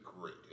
great